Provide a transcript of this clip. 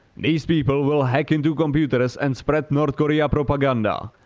these people will hack into computers and spread north korea propaganda.